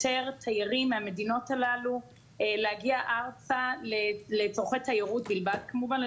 שפוטר תיירים מהמדינות הללו להגיע ארצה לצורכי תיירות בלבד כמובן,